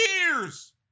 years